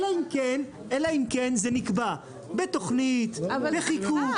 אלא אם כן, זה נקבע בתוכנית, בחיקוק.